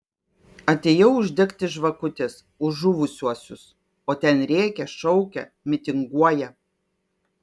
atėjau uždegti žvakutės už žuvusiuosius o ten rėkia šaukia mitinguoja